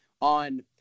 on –